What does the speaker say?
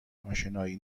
اشنایی